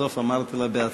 בסוף אמרתי לה בהצלחה,